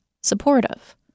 supportive